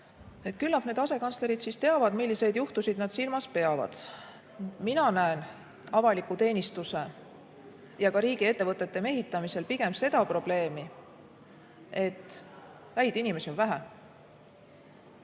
Küllap need asekantslerid teavad, milliseid juhtusid nad silmas peavad. Mina näen avaliku teenistuse ja ka riigiettevõtete mehitamisel pigem seda probleemi, et häid inimesi on vähe.